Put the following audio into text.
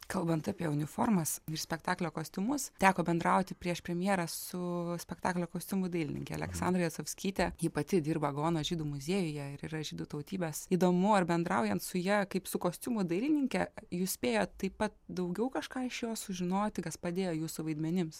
kalbant apie uniformas ir spektaklio kostiumus teko bendrauti prieš premjerą su spektaklio kostiumų dailininke aleksandra jacovskyte ji pati dirba gaono žydų muziejuje ir yra žydų tautybės įdomu ar bendraujant su ja kaip su kostiumų dailininke jūs spėjot taip pat daugiau kažką iš jo sužinojote kas padėjo jūsų vaidmenims